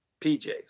PJs